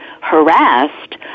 harassed